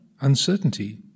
uncertainty